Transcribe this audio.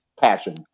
passion